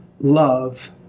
love